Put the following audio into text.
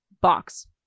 box